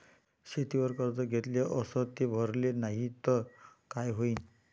शेतीवर कर्ज घेतले अस ते भरले नाही तर काय होईन?